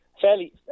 fairly